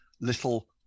Little